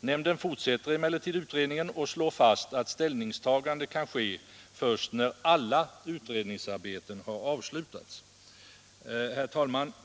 Nämnden fortsätter emellertid utredningen och slår fast att ställningstagandet kan ske först när alla utredningsarbeten har avslutats. Herr talman!